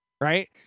Right